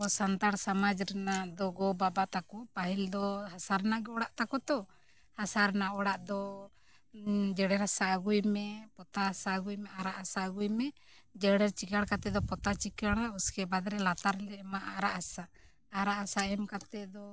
ᱟᱵᱚ ᱥᱟᱱᱛᱟᱲ ᱥᱚᱢᱟᱡᱽ ᱨᱮᱱᱟᱜ ᱫᱚ ᱜᱚ ᱵᱟᱵᱟ ᱛᱟᱠᱚ ᱯᱟᱹᱦᱤᱞ ᱫᱚ ᱦᱟᱥᱟ ᱨᱮᱱᱟᱜ ᱜᱮ ᱚᱲᱟᱜ ᱛᱟᱠᱚ ᱛᱚ ᱦᱟᱥᱟ ᱨᱮᱱᱟᱜ ᱚᱲᱟᱜ ᱫᱚ ᱡᱮᱨᱮᱲ ᱦᱟᱥᱟ ᱟᱹᱜᱩᱭ ᱢᱮ ᱯᱚᱛᱟᱣ ᱦᱟᱥᱟ ᱟᱹᱜᱩᱭ ᱢᱮ ᱟᱨᱟᱜ ᱦᱟᱥᱟ ᱟᱹᱜᱩᱭ ᱢᱮ ᱡᱮᱨᱮᱲ ᱪᱤᱠᱟᱹᱲ ᱠᱟᱛᱮ ᱫᱚ ᱯᱚᱛᱟᱣ ᱪᱤᱠᱟᱹᱲᱟ ᱩᱥᱠᱮ ᱵᱟᱫ ᱨᱮ ᱞᱟᱛᱟᱨ ᱨᱮᱞᱮ ᱮᱢᱟᱜᱼᱟ ᱟᱨᱟᱜ ᱦᱟᱥᱟ ᱟᱨᱟᱜ ᱟᱥᱟ ᱮᱢ ᱠᱟᱛᱮ ᱫᱚ